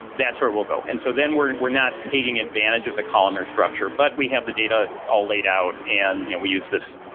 that's where we'll go. and so then we're we're not taking advantage of the columnar structure, but we have the data all laid out and we use this,